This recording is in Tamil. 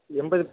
எண்பது